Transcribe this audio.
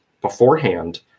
beforehand